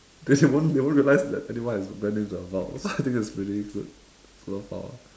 they won't they won't realize that anyone has went into the vault so I think it's really good superpower